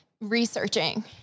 researching